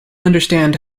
understand